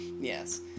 Yes